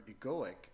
egoic